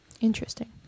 interesting